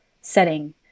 setting